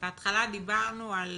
בהתחלה דיברנו על